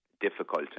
difficult